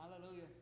Hallelujah